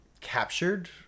captured